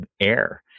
AIR